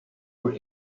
were